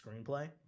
screenplay